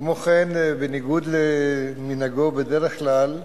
כמו כן, בניגוד למנהגו בדרך כלל,